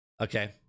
okay